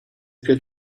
good